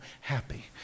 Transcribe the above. happy